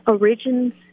origins